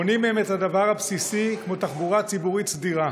גם מונעים מהם דבר בסיסי כמו תחבורה ציבורית סדירה.